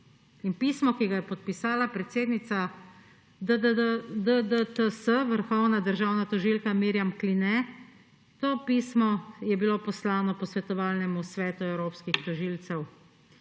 pismo, ki ga je podpisala predsednica DDTS, vrhovna državna tožilka Mirjam Kline, to pismo je bilo poslano Posvetovalnemu svetu evropskih tožilcev,